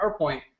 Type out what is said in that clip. PowerPoint